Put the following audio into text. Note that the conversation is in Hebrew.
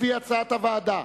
לפי נוסח הוועדה.